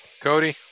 Cody